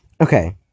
Okay